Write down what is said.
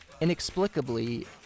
inexplicably